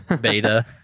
Beta